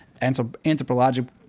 anthropological